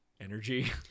energy